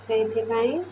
ସେଇଥିପାଇଁ